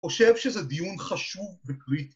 ‫אני חושב שזה דיון חשוב וקריטי.